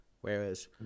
Whereas